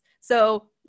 So-